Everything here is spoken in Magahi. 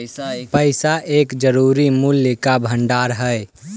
पैसा एक जरूरी मूल्य का भंडार हई